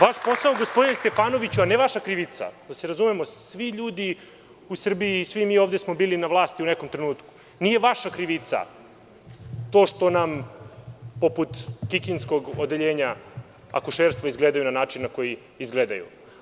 Vaš posao gospodine Stefanoviću, a ne vaša krivica, da se razumemo, svi ljudi u Srbiji i svi mi ovde smo bili na vlasti u nekom trenutku, nije vaša krivica to što nam poput Kikindskog odeljenja akušerstva izgledaju na način na koji izgledaju.